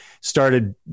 started